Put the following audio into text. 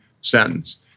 sentence